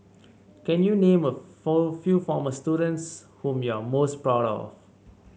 can you name a few former students whom you are most proud of